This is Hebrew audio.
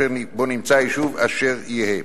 יהא האזור אשר בו נמצא היישוב אשר יהא,